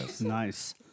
Nice